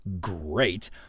Great